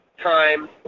time